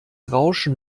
rauschen